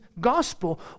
gospel